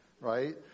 right